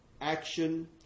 action